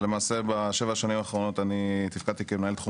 למעשה בשבע השנים האחרונות תפקדתי כמנהל תחום